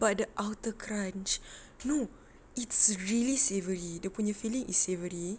but the outer crunch no it's really savoury dia punya filling is savoury